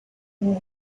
king